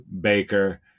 Baker